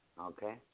Okay